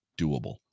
Doable